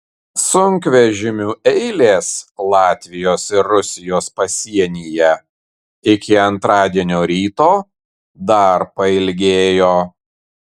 sunkvežimių eilės latvijos ir rusijos pasienyje iki antradienio ryto dar pailgėjo